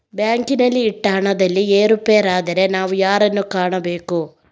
ಬ್ಯಾಂಕಿನಲ್ಲಿ ಇಟ್ಟ ಹಣದಲ್ಲಿ ಏರುಪೇರಾದರೆ ನಾವು ಯಾರನ್ನು ಕಾಣಬೇಕು?